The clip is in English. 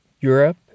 Europe